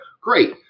Great